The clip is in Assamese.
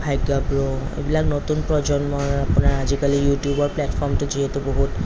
ভাগ্য ব্ৰ এইবিলাক নতুন প্ৰজন্মৰ আপোনাৰ আজিকালি ইউটিউবৰ প্লেটফৰ্মতো যিহেতু বহুত